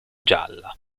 gialla